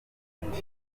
mirongo